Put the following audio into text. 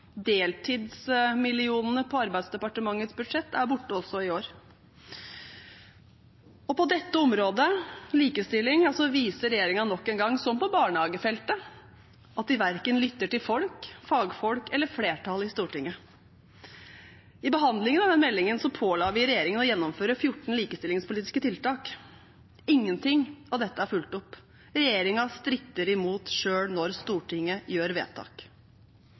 Deltidsmillionene på Arbeids- og sosialdepartementets budsjett er borte også i år. På likestillingsområdet viser regjeringen nok en gang – som på barnehagefeltet – at de verken lytter til folk, fagfolk eller flertallet i Stortinget. I behandlingen av den meldingen påla vi regjeringen å gjennomføre 14 likestillingspolitiske tiltak. Ingenting av dette er fulgt opp. Regjeringen stritter imot selv når Stortinget gjør vedtak.